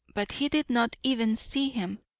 but he did not even see him.